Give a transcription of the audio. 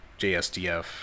JSDF